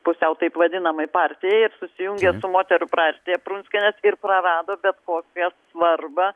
pusiau taip vadinamai partijai ir susijungiant su moterų prartija prunskienės ir prarado bet kokią svarbą